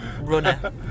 runner